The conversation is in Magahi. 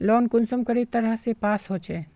लोन कुंसम करे तरह से पास होचए?